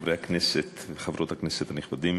חברי הכנסת וחברות הכנסת הנכבדים,